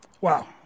Wow